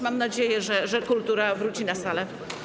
Mam nadzieję, że kultura wróci na salę.